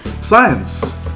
Science